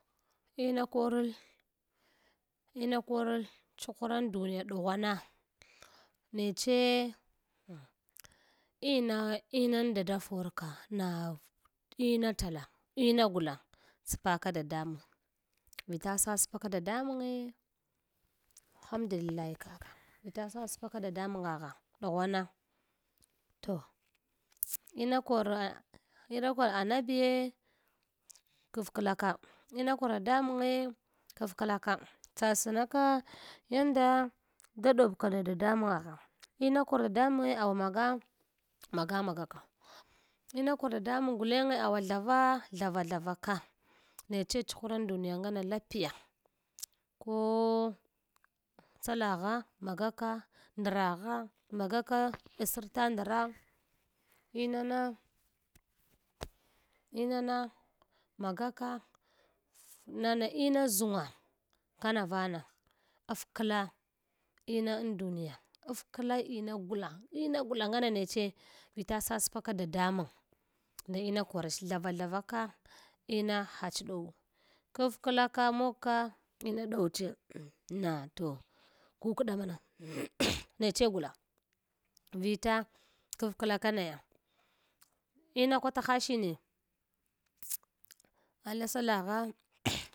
Ina korl ina korl ch’kura duniya ɗughama neche in inanda da forka ina tala ina gula spaka dadamang vila saspaka dadamange hamdullah kaka vita sapsaka dadamangaghaɗuhwana toh ina karak ina kor anabiye kafklaka ina kor dadamange kafkalaka tsasana ka yanda ga ɗob ka da dadomange gha ina kor dadamange awa maga, magamaga ka ina kor dadamang gulage awa thaus thavathayaka neche chuhuran duniya ngana lapiya ko tsaɗa gha magaka, ndragha magaka ansarta nahra inana inana magaka, nana inan ʒungwa kana vaana afkla ina an dunya afkla ina gula ina gula ngama neche vita saspaka dadamang nd ina korch thava thava ka ina hach ɗoru kaɓ kla ka mog ka ina dourche na toh kukɗa mama neche gula. Vila kafkla ka naya ina kwata hashine ala salla gha.